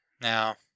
Now